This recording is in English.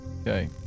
Okay